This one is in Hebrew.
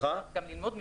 גם ללמוד מבתיהם.